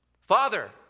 Father